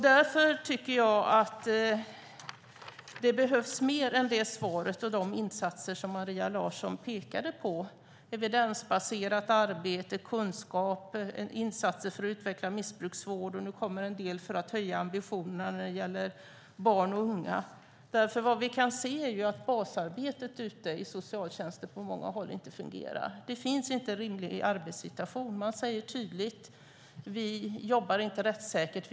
Jag tycker därför att det behövs mer än de insatser som Maria Larsson pekade på - evidensbaserat arbete, kunskap och insatser för att utveckla missbruksvård. Det kommer nu en del för att höja ambitionen när det gäller barn och unga. Vi kan se att basarbetet i socialtjänsten på många håll inte fungerar. Det finns inte en rimlig arbetssituation. Från alltför många håll säger man: Vi jobbar inte rättssäkert.